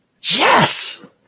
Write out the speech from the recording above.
Yes